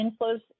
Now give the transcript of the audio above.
inflows